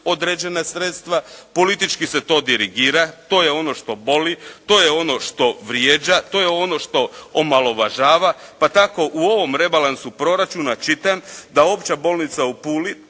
određena sredstva, politički se to dirigira, to je ono što boli, to je ono što vrijeđa, to je ono što omalovažava pa tako u ovom rebalansu proračuna čitam da opća bolnica u Puli,